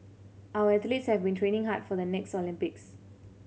our athletes have been training hard for the next Olympics